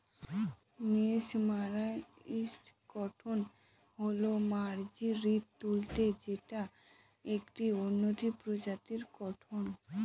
mesmerised cotton হল মার্জারিত তুলা যেটা একটি উন্নত প্রজাতির কটন